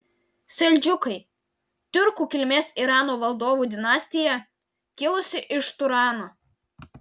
seldžiukai tiurkų kilmės irano valdovų dinastija kilusi iš turano